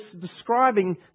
describing